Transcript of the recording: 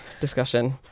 discussion